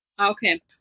Okay